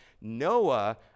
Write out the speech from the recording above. Noah